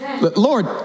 Lord